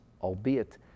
albeit